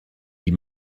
die